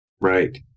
Right